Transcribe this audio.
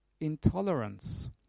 intolerance